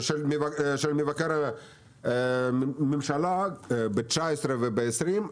של מבקר הממשלה ב-2019 וב-2020,